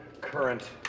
current